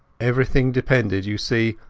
everything depended, you see,